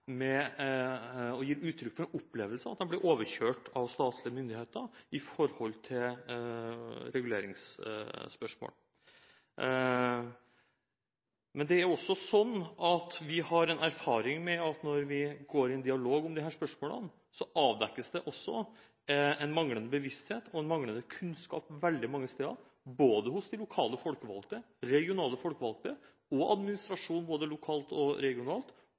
med at når vi går i dialog om disse spørsmålene, avdekkes også en manglende bevissthet og en manglende kunnskap veldig mange steder, både hos lokale folkevalgte, regionale folkevalgte og administrasjon både lokalt og regionalt,